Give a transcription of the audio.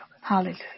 Hallelujah